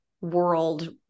world